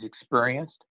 experienced